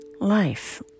life